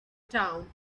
town